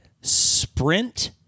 Sprint